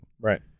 Right